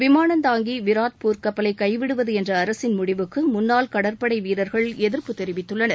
விமானந்தாங்கி விராட் போர்க் கப்பலை கைவிடுவது என்ற அரசின் முடிவுக்கு முன்னாள் கடற்படை வீரர்கள் எதிர்ப்பு தெரிவித்துள்ளனர்